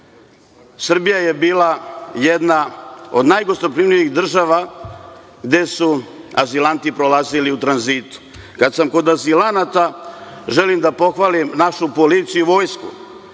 Srbija je bila jedna od najgostoprimivijih država gde su azilanti prolazili u tranzitu. Kada sam kod azilanata, želim da pohvalim našu policiju i vojsku,